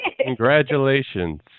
Congratulations